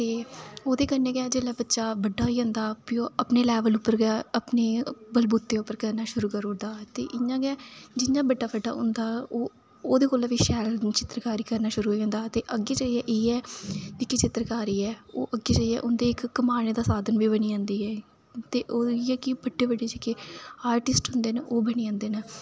ओह्दे कन्नै केह् कि बच्चा जेल्लै बड्डा होई जंदा ते प्ही ओह् अपने लेवल पर गै अपने बलबूते पर करना शुरू करी ओड़दा ते इं'या गै जि'यां बड्डा बड्डा होंदा ओह् ओह्दे कोला बी शैल चित्रकारी करना शुरू करी ओड़दा ते अग्गें जाइयै इयै जेह्ड़ी चित्रकारी ऐ ओह् अग्गें जाइयै उंदे कमाने दा साधन बी बनी जंदी ऐ ते ओह् एह् की बड्डे बड्डे जेह्के आर्टिस्ट होंदे न ओह् बनी जंदे न